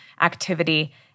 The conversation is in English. activity